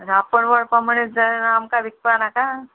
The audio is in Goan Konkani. रांपण वळपा मनीस जायना आमकां विकपा नाका